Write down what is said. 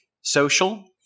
social